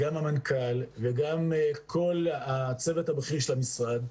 גם המנכ"ל וגם כל הצוות הבכיר של המשרד,